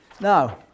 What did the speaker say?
Now